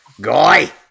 guy